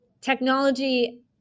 technology